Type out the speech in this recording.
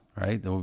right